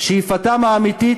שאיפתם האמיתית,